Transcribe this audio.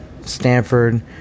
Stanford